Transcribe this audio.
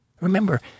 remember